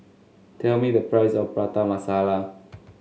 tell me the price of Prata Masala